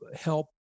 help